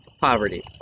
poverty